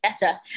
better